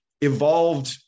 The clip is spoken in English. evolved